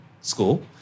school